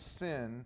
sin